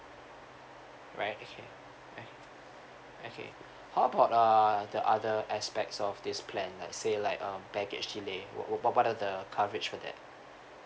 alright okay okay okay how about err the other aspects of this plan like say like um baggage delay what what what are the coverage for that